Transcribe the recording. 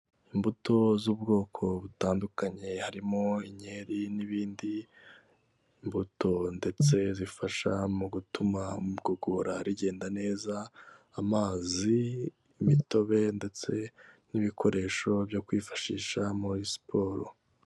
Imbuto z'ubwoko butandukanye harimo inkeri n'ibindi, imbuto ndetse zifasha mu gutuma igogora rigenda neza amazi, imitobe ndetse n'ibikoresho byo kwifashisha muri siporo.